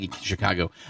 Chicago